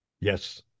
Yes